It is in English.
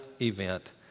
event